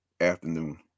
afternoon